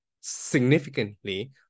significantly